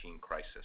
crisis